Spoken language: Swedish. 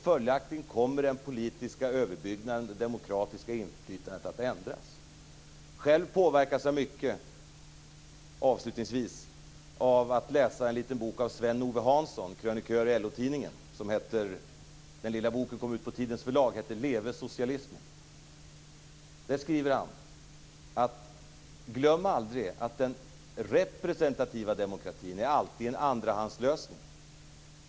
Följaktligen kommer den politiska överbyggnaden och det demokratiska inflytandet att ändras. Själv påverkas jag mycket av en bok av Sven Ove Hansson, krönikör på LO-Tidningen. Hans lilla bok har getts ut av Tidens förlag och titeln är Leve socialismen! Sven Ove Hansson skriver: Glöm aldrig att den representativa demokratin alltid är en andrahandslösning!